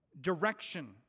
direction